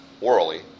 orally